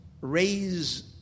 raise